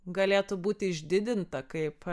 galėtų būti išdidinta kaip